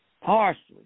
Parsley